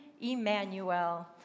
Emmanuel